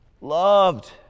loved